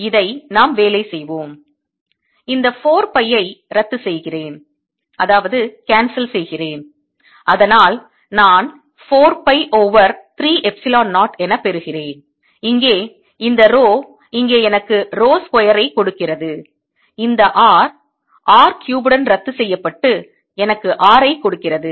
இதை நாம் வேலை செய்வோம் இந்த 4 பை ஐ ரத்து செய்கிறேன் அதனால் நான் 4 பை ஓவர் 3 எப்சிலோன் 0 என பெறுகிறேன் இங்கே இந்த ரோ இங்கே எனக்கு ரோ ஸ்கொயர் ஐ கொடுக்கிறது இந்த r r கியூப் உடன் ரத்து செய்யப்பட்டு எனக்கு r ஐ கொடுக்கிறது